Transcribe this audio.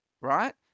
right